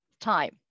time